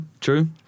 true